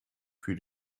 für